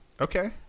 Okay